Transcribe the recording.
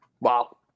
Wow